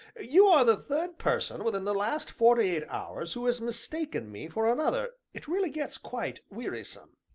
you are the third person within the last forty-eight hours who has mistaken me for another it really gets quite wearisome.